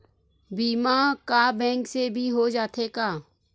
बीमा का बैंक से भी हो जाथे का?